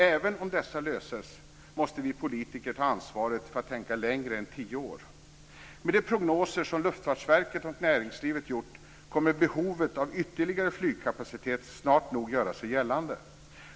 Även om dessa löses måste vi politiker ta ansvaret för att det tänks för mer än tio år. Med de prognoser som Luftfartsverket och näringslivet har gjort kommer nog snart behovet av ytterligare flygkapacitet att göra sig gällande.